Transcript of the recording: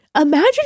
Imagine